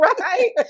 Right